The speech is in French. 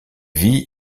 vit